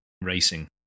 racing